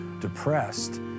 depressed